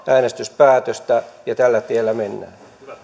äänestyspäätöstä ja tällä tiellä mennään